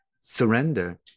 surrender